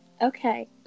Okay